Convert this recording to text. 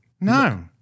No